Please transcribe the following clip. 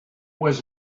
was